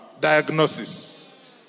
diagnosis